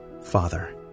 Father